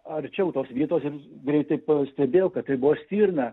arčiau tos vietos ir greitai pastebėjau kad tai buvo stirna